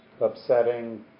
Upsetting